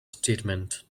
statement